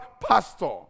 pastor